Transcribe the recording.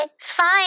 fine